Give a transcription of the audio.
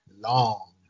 Long